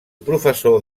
professor